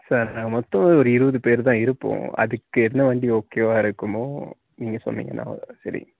sir நாங்கள் மொத்தம் ஒரு இருபது பேர் தான் இருப்போம் அதுக்கு என்ன வண்டி ஓகேவா இருக்குமோ நீங்கள் சொன்னீங்கன்னால் சரி